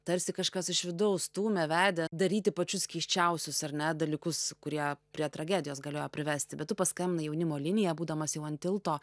tarsi kažkas iš vidaus stūmė vedė daryti pačius keisčiausius ar ne dalykus kurie prie tragedijos galėjo privesti bet tu paskambinai į jaunimo liniją būdamas jau ant tilto